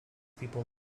people